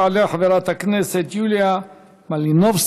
תעלה חברת הכנסת יוליה מלינובסקי.